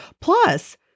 Plus